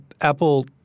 Apple